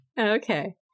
Okay